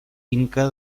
inca